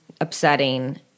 upsetting